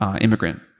immigrant